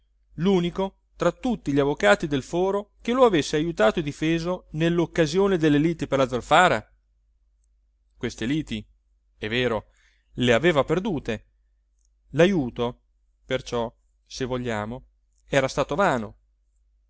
lunico tra tutti gli avvocati del foro che lo avesse ajutato e difeso nelloccasione delle liti per la zolfara queste liti è vero le aveva perdute lajuto perciò se vogliamo era stato vano